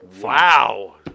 Wow